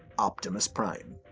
optimus prime.